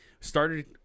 Started